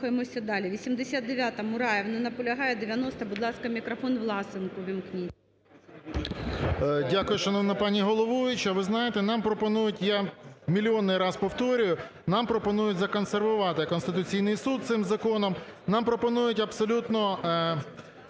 Дякую, шановна пані головуюча. Ви знаєте, нам пропонують, я мільйони раз повторюю, нам пропонують законсервувати Конституційний Суд цим законом. Нам пропонують абсолютно